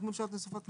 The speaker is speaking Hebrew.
וגמול שעות נוספות.